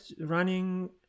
Running